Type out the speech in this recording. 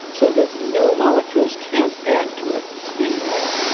so that new molecules can't add to it any more.